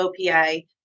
OPA